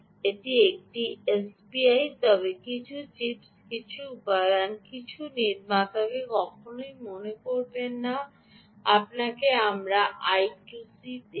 এটি একটি এসপিআই তবে কিছু চিপস কিছু উপাদান কিছু নির্মাতাকে কখনই মনে করবেন না আমরা আপনাকে আই 2 সি দেব